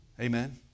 Amen